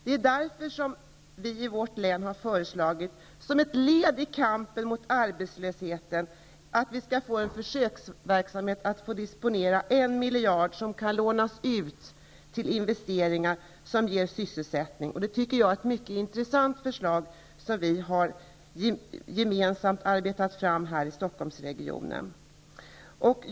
Det är därför vi i vårt län har föreslagit att vi, som ett led i kampen mot arbetslösheten och som en försöksverksamhet, skall få disponera en miljard, som kan lånas ut till investeringar som ger sysselsättning. Det tycker jag är ett mycket intressant förslag, som vi gemensamt har arbetat fram i Stockholmsregionen.